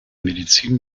medizin